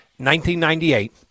1998